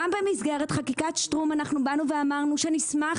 גם במסגרת חקיקת שטרום אנחנו אמרנו שנשמח